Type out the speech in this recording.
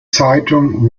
zeitung